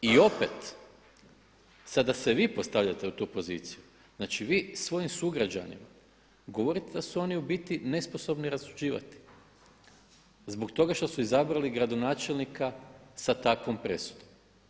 I opet, sada da se vi postavljate u tu poziciju, znači vi svojim sugrađanima govorite da su oni u biti nesposobni rasuđivati zbog toga što su izabrali gradonačelnika sa takvom presudom.